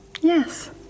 Yes